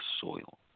soil